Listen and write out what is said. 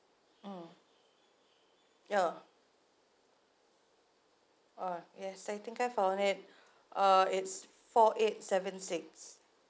mm ya uh yes I think I found it uh it's four eight seven six